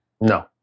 no